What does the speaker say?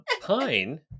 Pine